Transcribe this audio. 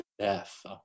death